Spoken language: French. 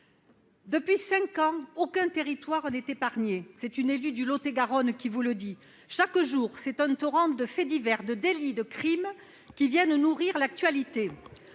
ces cinq années, aucun territoire n'a été épargné- c'est une élue de Lot-et-Garonne qui le dit. Chaque jour, c'est un torrent de faits divers, de délits, de crimes, qui viennent nourrir l'actualité.